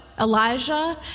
Elijah